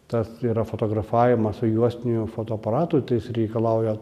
tas yra fotografavimas su juostiniu fotoaparatu tai jis reikalauja